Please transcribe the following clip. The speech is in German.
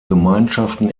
gemeinschaften